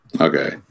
okay